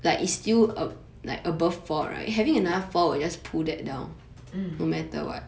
mm